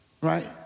right